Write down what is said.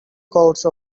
course